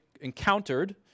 encountered